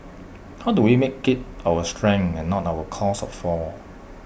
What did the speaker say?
how do we make IT our strength and not our cause our fall